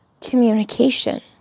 communication